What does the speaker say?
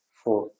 four